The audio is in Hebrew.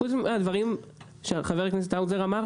השקף שברקת תציג עכשיו עונה לשאלות שאתם מעלים